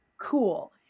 cool